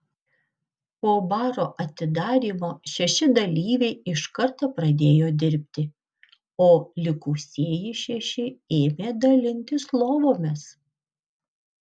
po baro atidarymo šeši dalyviai iš karto pradėjo dirbti o likusieji šeši ėmė dalintis lovomis